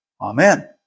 Amen